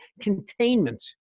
containment